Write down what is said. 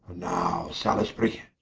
now salisbury,